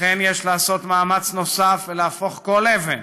לכן, יש לעשות מאמץ נוסף ולהפוך כל אבן